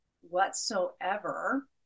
whatsoever